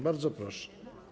Bardzo proszę.